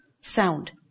sound